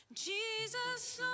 Jesus